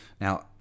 Now